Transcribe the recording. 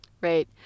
Right